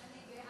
אני,